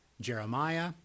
Jeremiah